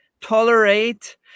tolerate